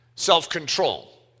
self-control